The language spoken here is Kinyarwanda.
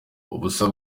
ubusa